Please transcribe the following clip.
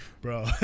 Bro